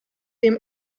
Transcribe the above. dem